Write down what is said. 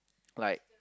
like